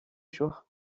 jour